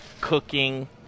cooking